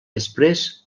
després